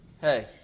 hey